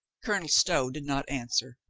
colonel stow did not answer.